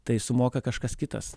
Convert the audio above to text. tai sumoka kažkas kitas